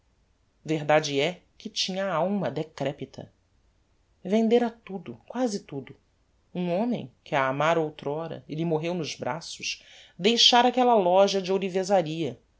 verdade é que tinha a alma decrepita vendera tudo quasi tudo um homem que a amára outr'ora e lhe morreu nos braços deixara lhe aquella loja de ourivesaria